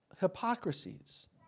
hypocrisies